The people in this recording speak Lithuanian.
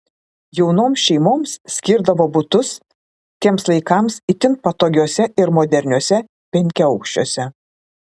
jaunoms šeimoms skirdavo butus tiems laikams itin patogiuose ir moderniuose penkiaaukščiuose